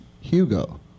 Hugo